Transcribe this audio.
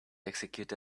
execute